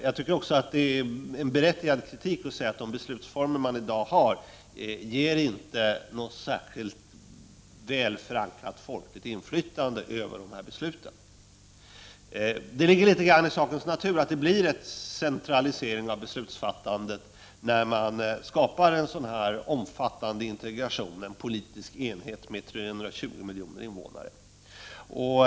Det är en berättigad kritik att säga att EG:s beslutsformer inte ger något särskilt väl förankrat folkligt inflytande över besluten. Det ligger litet grand i sakens natur att det blir en centralisering av beslutsfattandet när en så omfattande integration med en politisk enhet med 320 miljoner människor skapas.